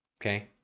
okay